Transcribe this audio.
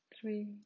three